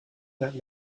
that